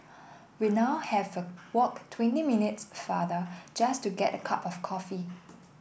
we now have to walk twenty minutes farther just to get a cup of coffee